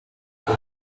oto